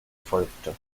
folgte